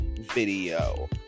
video